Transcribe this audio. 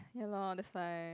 ya lor that's why